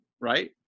right